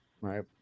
right